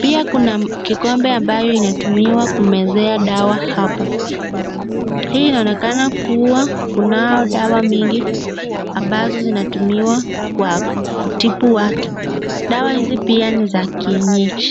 Pia kuna kikombe ambayo inatumiwa kumeza dawa hapa. Hii inaonyesha kuwa kuna dawa mingi ambayo inatumika kwa kutibu watu ,dawa hizi pia ni za kienyeji.